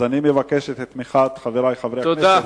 אני מבקש את תמיכת חברי חברי הכנסת.